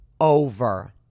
over